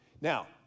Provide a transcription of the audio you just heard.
Now